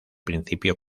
principio